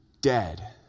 dead